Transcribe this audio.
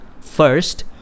first